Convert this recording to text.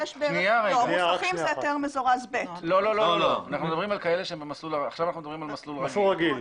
אנחנו מדברים עכשיו על מסלול רגיל.